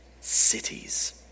cities